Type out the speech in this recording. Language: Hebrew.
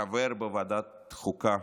חבר בוועדת החוקה,